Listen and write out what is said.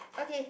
okay